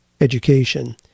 education